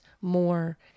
more